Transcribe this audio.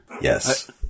yes